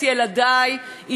היא מסבירת פנים,